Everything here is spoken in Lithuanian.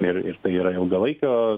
ir ir tai yra ilgalaikio